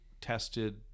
tested